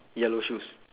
yellow shoes